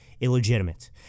illegitimate